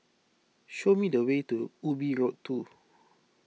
show me the way to Ubi Road two